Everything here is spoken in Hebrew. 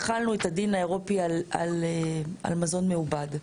החלנו את הדיון האירופי על מזון מעובד.